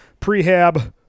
prehab